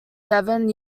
seven